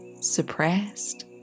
Suppressed